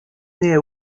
née